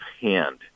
hand